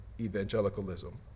evangelicalism